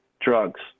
drugs